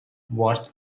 worth